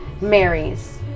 marries